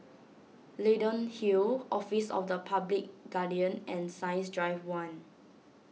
Leyden Hill Office of the Public Guardian and Science Drive one